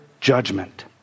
judgment